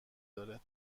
داره